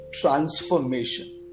transformation